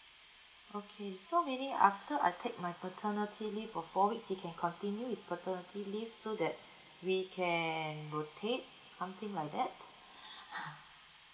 okay so meaning after I take my maternity leave for four weeks and he can continue his paternity leave so that we can rotate something like that